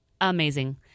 Amazing